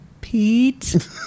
pete